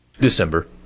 December